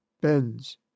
bends